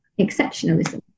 exceptionalism